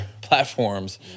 platforms